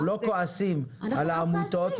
לא כועסים על העמותות,